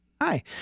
Hi